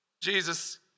Jesus